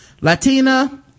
Latina